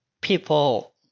people